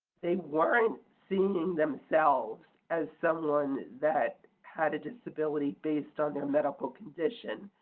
they weren't seeing themselves as someone that had a disability based on their medical condition.